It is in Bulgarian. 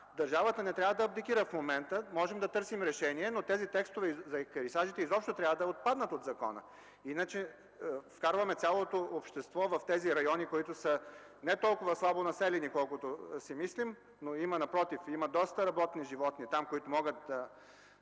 държавата не трябва да абдикира. Можем да търсим решение. Обаче тези текстове за екарисажите изобщо трябва да отпаднат от закона, иначе вкарваме цялото общество в тези райони, които са не толкова слабо населени, колкото си мислим. Напротив, там има доста работни животни, които умират и